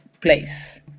place